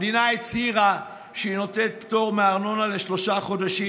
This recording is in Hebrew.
המדינה הצהירה שהיא נותנת פטור מארנונה לשלושה חודשים.